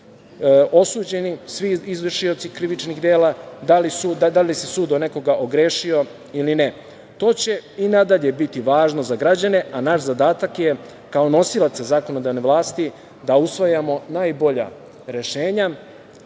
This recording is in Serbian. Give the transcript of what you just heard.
li su osuđeni svi izvršioci krivičnih dela, da li se sud o nekoga ogrešio ili ne. To će i na dalje biti važno za građane, a naš zadatak je, kao nosilaca zakonodavne vlasti, da usvajamo najbolja rešenja